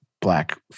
black